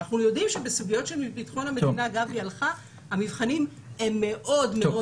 אנחנו יודעים שבסוגיות של ביטחון המדינה המבחנים הם מאוד מאוד